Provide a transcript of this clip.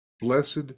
blessed